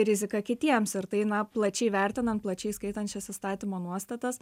rizika kitiems ir tai na plačiai vertinant plačiai skaitant šias įstatymo nuostatas